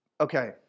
Okay